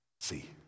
see